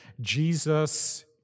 Jesus